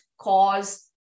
cause